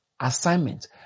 assignment